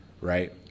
Right